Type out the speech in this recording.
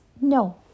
no